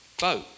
vote